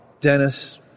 Dennis